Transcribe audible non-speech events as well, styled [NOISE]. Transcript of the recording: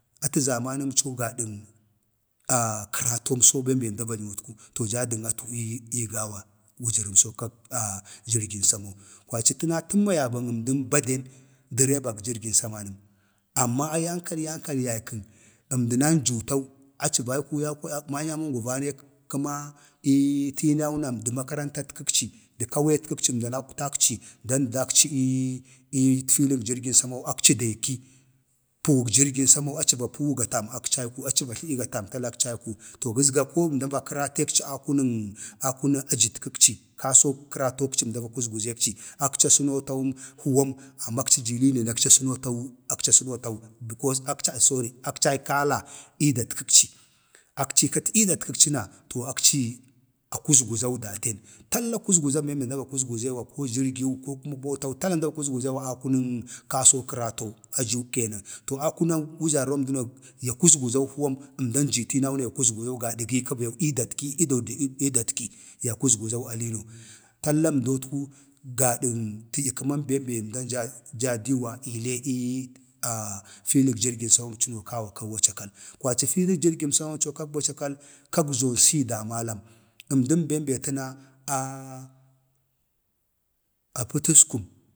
atu zamanəm co gadan kəratomso bem be əmda va jləmu tku to jaadən atu ii gawa, wujəramso kak jirin samau, kwaci təna təmma ya ban əmdan baden dərebag jirgin samanəm. amma yankal ya kal, yaykun əmdən aci vanjuutau [UNINTELLIGIBLE] manyamongwa vanaiyi kəma ii tinau na makarantat kakci ka kaweeta kəkci əmdan akwtakci dan dakci ii filik jirgin samau akci deeki, puwuk jirgin samau aci va puwu gətam? talla akci aiku, to gazgu ko əmda va kəratəkci a kunən ajətkəkci kaso kratou əmda va kuzguzək ci, akci asənotawum huwam, amma akci jii liine na akcəsənotau, ko sorry akci aikala ii datkakci. akci aikal atkakci na to akci ii akuzguzau datən talla kuzguzən bem be əmdan vakuzguzəwi ko jirgiw ko motau tala əmda va kuzguzəwa akunən kasoo kəratou, ajək kenan, to akunau, wujarromdə no ya kuzguzau kəma əmdan jii tiinau na ya kuzguzau gada giika beu ii datki ido da ido ii datki ya kuzguzau aliino, talla əmdotku gadən tədyəkəman bem be əmdan jaadu, jaa diiwa ii lee ii filik jirgin samam co be kawa ka wacakal, kwaci filik jirgin samamso kak wacakal kak zone damalam əmdən bem be təna aa pətaskum,